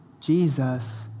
Jesus